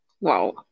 Wow